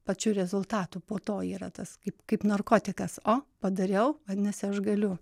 pačiu rezultatu po to yra tas kaip kaip narkotikas o padariau vadinasi aš galiu